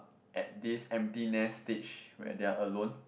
at this empty nest stage where they're alone